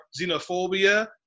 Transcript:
xenophobia